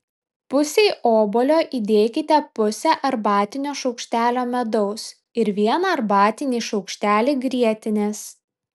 pusei obuolio įdėkite pusę arbatinio šaukštelio medaus ir vieną arbatinį šaukštelį grietinės